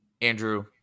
Andrew